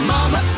Mama